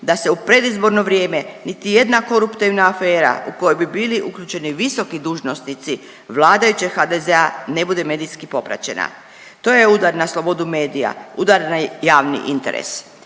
da se u predizborno vrijeme niti jedna koruptivna afera u koju bi bili uključeni visoki dužnosnici vladajućeg HDZ-a ne bude medijski popraćena. To je udar na slobodu medija, udar na javni interes.